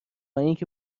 اینکه